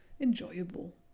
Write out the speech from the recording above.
enjoyable